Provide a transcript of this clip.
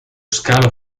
scalo